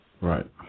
Right